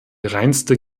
reinste